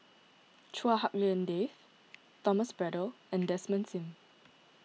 Chua Hak Lien Dave Thomas Braddell and Desmond Sim